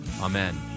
amen